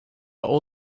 all